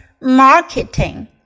marketing